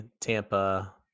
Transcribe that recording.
Tampa